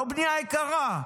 לא בנייה יקרה.